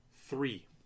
three